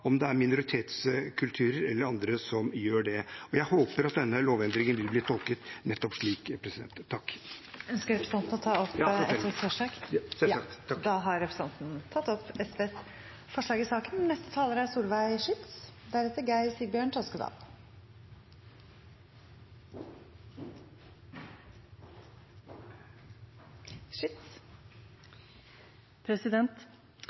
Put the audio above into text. om det er minoritetskulturer eller andre som gjør det. Og jeg håper at denne lovendringen vil bli tolket nettopp slik. Ønsker representanten å ta opp SVs forslag? Ja, selvsagt. Takk. Da har representanten Petter Eide tatt opp